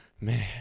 Man